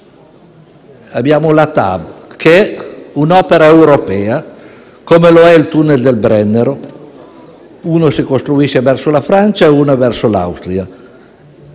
abbiamo la TAV, che è un'opera europea, come lo è il tunnel del Brennero. La prima viene costruita verso la Francia e il secondo verso l'Austria: